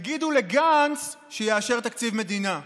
תגידו לגנץ שיאשר תקציב מדינה.